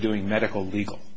doing medical legal